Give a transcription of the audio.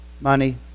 money